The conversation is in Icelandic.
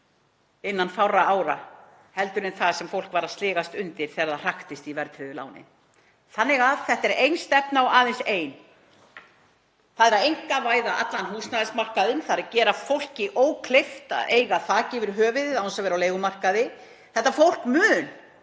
innan fárra ára heldur en það sem fólk var að sligast undan þegar það hraktist í verðtryggðu lánin. Þannig að þetta er ein stefna og aðeins ein, að einkavæða allan húsnæðismarkaðinn og gera fólki ókleift að eiga þak yfir höfuðið án þess að vera á leigumarkaði. Þetta fólk mun